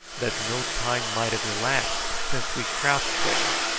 that no time might have elapsed since we crouched there,